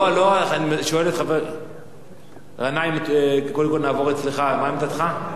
חבר הכנסת גנאים, קודם כול נעבור אצלך, מה עמדתך?